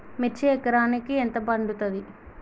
మిర్చి ఎకరానికి ఎంత పండుతది?